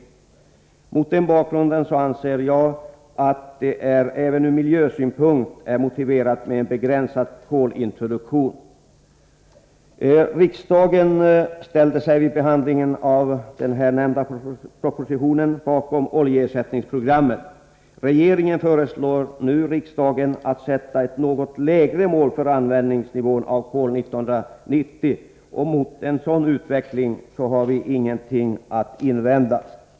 Mot den bakgrunden anser jag att det även från miljösynpunkt är motiverat med en begränsad kolintroduktion. Riksdagen ställde sig vid behandlingen av den här nämnda propositionen bakom oljeersättningsprogrammet. Regeringen föreslår nu riksdagen att sätta ett något lägre mål för användningsnivån när det gäller kol 1990. Mot en sådan utveckling har vi ingenting att invända.